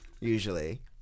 usually